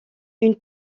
une